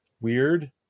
weird